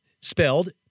spelled